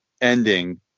ending